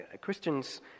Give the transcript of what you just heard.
Christians